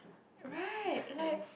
right like